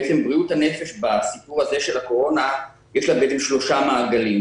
בעצם בריאות הנפש בסיפור של הקורונה יש לה שלושה מעגלים,